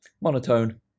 monotone